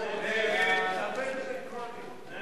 1 לא